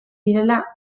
direla